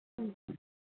ᱦᱩᱸ